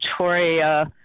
Victoria